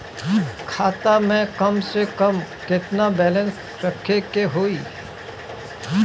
खाता में कम से कम केतना बैलेंस रखे के होईं?